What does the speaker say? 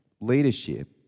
leadership